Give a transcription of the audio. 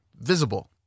visible